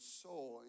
soul